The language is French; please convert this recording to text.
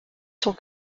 cent